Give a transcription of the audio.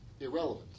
irrelevant